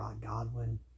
Godwin